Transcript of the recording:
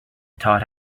thought